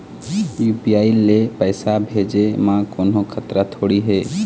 UPI ले पैसे भेजे म कोन्हो खतरा थोड़ी हे?